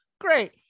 Great